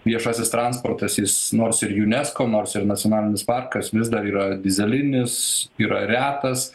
viešasis transportas jis nors ir unesco nors ir nacionalinis parkas vis dar yra dyzelinis yra retas